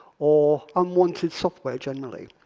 or unwanted software generally.